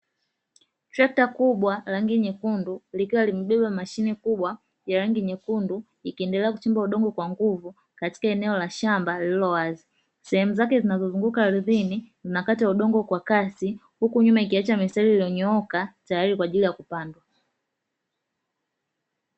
Trekta kubwa rangi nyekundu likiwa limbeba mashine kubwa ya rangi nyekundu ikiendelea kuchimba udongo kwa nguvu katika eneo la shamba lililo wazi, sehemu zake zinazozunguka ardhini zinakata udongo kwa kasi huku nyuma ikiacha mistari iliyonyooka tayari kwa ajili ya kupandwa.